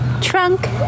trunk